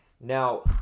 Now